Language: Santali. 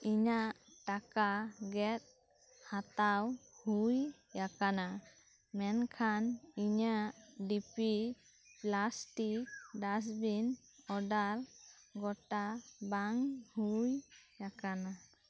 ᱤᱧᱟᱜ ᱴᱟᱠᱟ ᱜᱮᱫ ᱦᱟᱛᱟᱣ ᱦᱳᱭ ᱟᱠᱟᱱᱟ ᱢᱮᱱᱠᱷᱟᱱ ᱤᱧᱟᱜ D P plastic dustbin order ᱜᱚᱴᱟ ᱵᱟᱝ ᱦᱳᱭ ᱟᱠᱟᱱᱟ